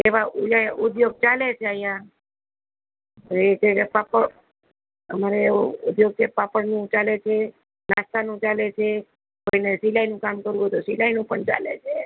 એવા ઉદ્યોગ ચાલે છે અહીંયા હવે એ કે પાપડ અમારે ઉધ્યોગ છે પાપડનું ચાલે છે નાસ્તાનું ચાલે છે કોઈને સિલાઈનું કામ કરવું હોય તો સિલાઈનું કામ ચાલે છે